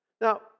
Now